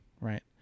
right